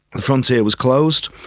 the frontier was closed,